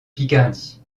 picardie